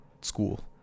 school